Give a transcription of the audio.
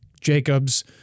Jacobs